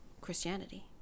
Christianity